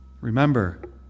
Remember